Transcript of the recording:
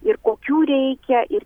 ir kokių reikia ir